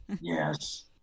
Yes